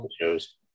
shows